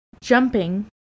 Jumping